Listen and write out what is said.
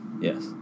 Yes